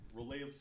relay